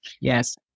Yes